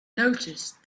noticed